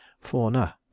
Fauna